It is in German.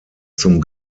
zum